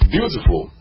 Beautiful